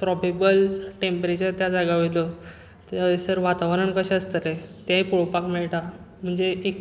probable temperature त्या जाग्या वयलो थंयसर वातावरण कशें आसतलें तें पळोवपाक मेळटा म्हणजे एक